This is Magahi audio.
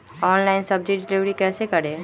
ऑनलाइन सब्जी डिलीवर कैसे करें?